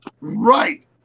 Right